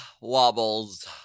wobbles